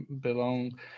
belong